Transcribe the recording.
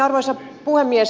arvoisa puhemies